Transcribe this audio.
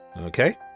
Okay